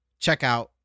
checkout